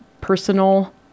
personal